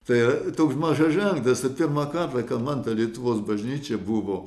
tai toks mažas ženklas pirmą kartą ka man ta lietuvos bažnyčia buvo